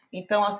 então